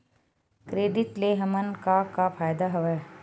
Credit ले हमन का का फ़ायदा हवय?